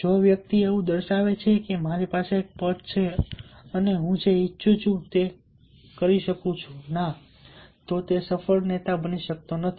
જો કોઈ વ્યક્તિ એવું દર્શાવે છે કે મારી પાસે એક પદ છે અને હું જે ઈચ્છું તે કરી શકું છું ના તો તે સફળ નેતા બની શકતો નથી